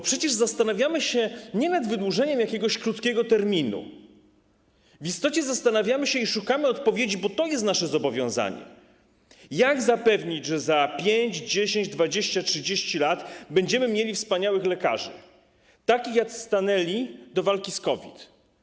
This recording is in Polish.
Przecież zastanawiamy się nie nad wydłużeniem jakiegoś krótkiego terminu, w istocie zastanawiamy się i szukamy odpowiedzi - bo to jest nasze zobowiązanie - jak zapewnić, że za 5, 10, 20, 30 lat będziemy mieli wspaniałych lekarzy, takich, jacy stanęli do walki z COVID.